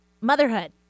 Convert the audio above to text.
motherhood